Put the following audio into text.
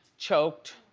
choked.